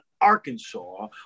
Arkansas